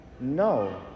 no